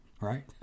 right